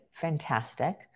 Fantastic